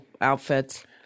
outfits